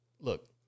Look